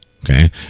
Okay